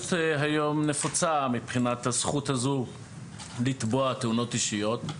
היום נפוצה מבחינת הזכות הזו לתבוע תאונות אישיות,